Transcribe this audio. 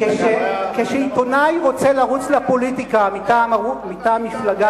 כשעיתונאי רוצה לרוץ לפוליטיקה מטעם מפלגה,